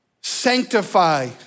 Sanctify